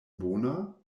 bona